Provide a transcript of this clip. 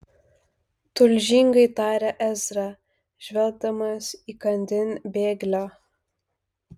tulžingai tarė ezra žvelgdamas įkandin bėglio